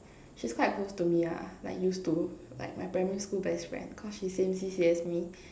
she's quite close to me ah like used to like my primary school best friend cause she same C_C_A as me